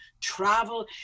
travel